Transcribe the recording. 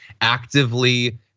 actively